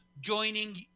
joining